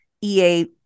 ea